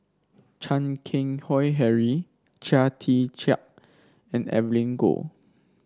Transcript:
Chan Keng Howe Harry Chia Tee Chiak and Evelyn Goh